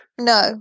No